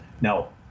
now